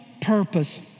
purpose